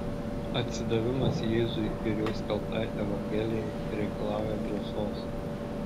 atsidavimas jėzui ir jo skelbtai evangelijai reikalauja drąsos